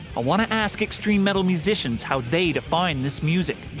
i want to ask extreme metal musicians how they define this music.